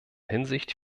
hinsicht